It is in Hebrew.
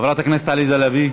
חברת הכנסת עליזה לביא,